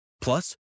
Plus